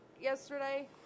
yesterday